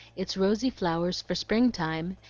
its rosy flowers for spring-time,